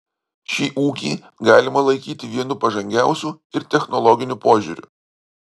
šį ūkį galima laikyti vienu pažangiausių ir technologiniu požiūriu